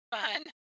fun